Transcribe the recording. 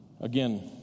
Again